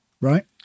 Right